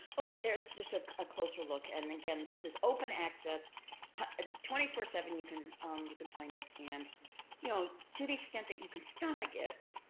okay. there's just a ah closer look, and again, this is open access twenty four seven you can um you can find this and you know to the extent that you can stomach it,